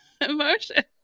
emotion